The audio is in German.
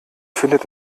findet